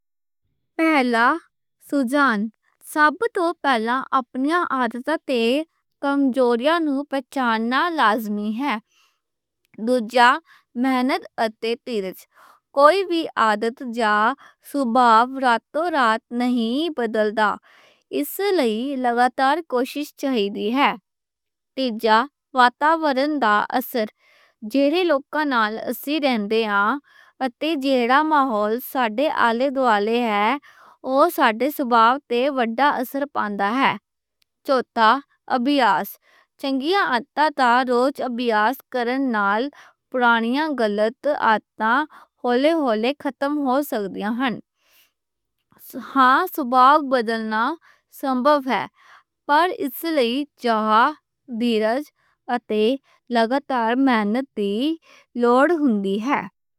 پہلا، سوجھان، سب توں پہلا اپنیاں عادتاں تے کمزوریاں نوں پہچاننا لازمی ہے۔ دوجا، محنت اتے صبر، کوئی وی عادت یا سوبھاؤ راتوں رات نئیں بدلدا۔ اس لئی لگا تار کوشش چاہیدی ہے۔ تیجا، ماحول دا اثر، جےڑے لوکاں نال اسیں رہنے ہاں اتے جیہڑا ماحول ساڈے آلے دوالے ہے اوہ ساڈے سوبھاؤ تے وڈا اثر پاندا ہے۔ چوتھا، اَبیاس، چنگیاں عادتاں دا روز اَبیاس کرن نال پرانیاں غلط عادتاں ہولی ہولی ختم ہو سکدیاں ہن۔ ہاں، سوبھاؤ بدلنا پاسیبل ہے، پر اس لئی چاہ، صبر اتے لگا تار محنت دی لوڑ ہندی ہے۔